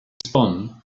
sbon